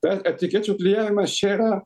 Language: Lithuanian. e etikečių klijavimas čia yra